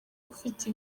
ufite